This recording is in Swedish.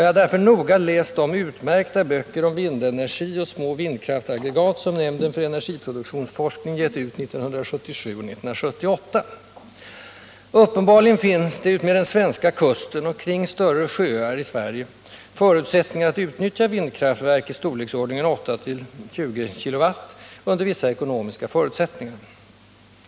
Jag har därför noga läst de utmärkta böcker om vindenergi och små vindkraftsaggregat som nämnden för energiproduktionsforskning gett ut 1977 och 1978. Uppenbarligen finns utmed den svenska kusten och kring större sjöar i Sverige betingelser för att utnyttja vindkraftverk i storleksordningen 8-20 kW under vissa ekonomiska förutsättningar.